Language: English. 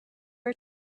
are